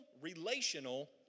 relational